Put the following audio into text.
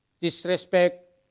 Disrespect